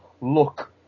look